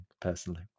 personally